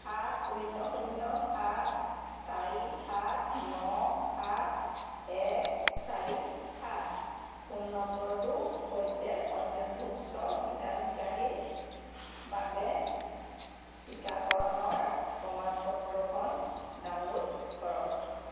সাত শূন্য শূন্য সাত চাৰি সাত ন সাত এক চাৰি সাত ফোন নম্বৰটোৰ সৈতে পঞ্জীভুক্ত হিতাধিকাৰীৰ বাবে টীকাকৰণৰ প্ৰমাণ পত্ৰখন ডাউনলোড কৰক